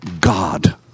God